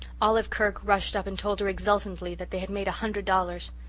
olive kirk rushed up and told her exultantly that they had made a hundred dollars.